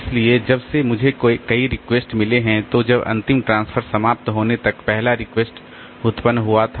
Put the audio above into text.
इसलिए जब से मुझे कई रिक्वेस्ट मिले हैं तो जब अंतिम ट्रांसफर समाप्त होने तक पहला रिक्वेस्ट उत्पन्न हुआ था